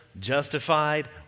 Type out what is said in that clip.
justified